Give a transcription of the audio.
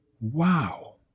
wow